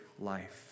life